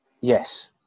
yes